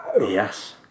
Yes